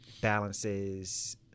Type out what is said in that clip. balances